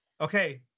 Okay